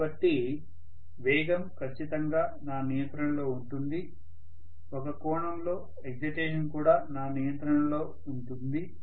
కాబట్టి వేగం ఖచ్చితంగా నా నియంత్రణలో ఉంటుంది ఒక కోణంలో ఎక్సైటేషన్ కూడా నా నియంత్రణలో ఉంటుంది